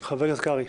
חבר הכנסת קרעי.